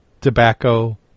tobacco—